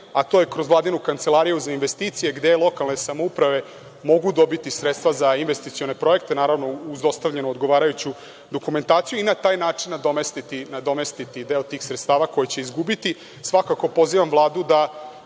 a to je kroz vladinu kancelariju za investicije gde lokalne samouprave mogu dobiti sredstva za investicione projekte, naravno uz dostavljenu odgovarajuću dokumentaciju, i na taj način nadomestiti deo tih sredstava koje će izgubiti. Svakako pozivam Vladu da